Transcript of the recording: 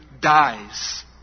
dies